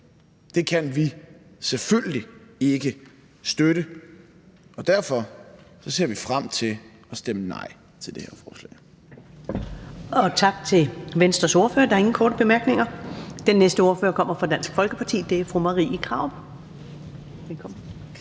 Det kan vi selvfølgelig ikke støtte, og derfor ser vi frem til at stemme nej til det her forslag.